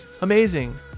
amazing